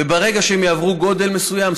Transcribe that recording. וברגע שהם יעברו גודל מסוים,